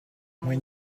when